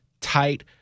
tight